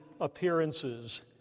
appearances